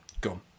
gone